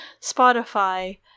Spotify